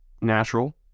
natural